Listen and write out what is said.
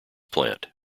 plant